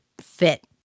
fit